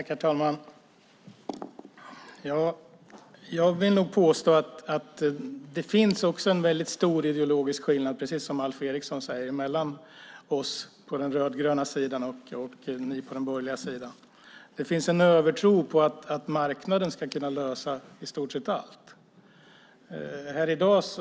Herr talman! Jag vill påstå att det finns en stor ideologisk skillnad, precis som Alf Eriksson säger, mellan oss på den rödgröna sidan och er på den borgerliga sidan. Det finns en övertro på att marknaden ska kunna lösa i stort sett allt.